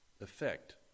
effect